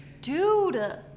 Dude